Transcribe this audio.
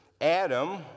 Adam